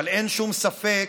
אבל אין שום ספק